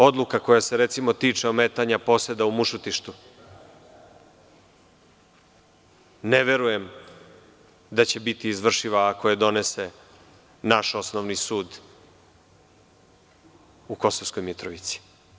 Odluka koja se tiče ometanja poseda u Mušotištu, ne verujem da će biti izvršena ako je donese naš osnovni sud u Kosovskoj Mitrovici.